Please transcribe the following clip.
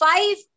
Five